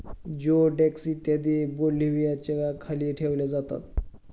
जिओडेक्स इत्यादी बेल्व्हियाच्या खाली ठेवल्या जातात